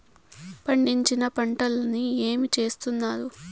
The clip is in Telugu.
పండించిన పంటలని ఏమి చేస్తున్నారు?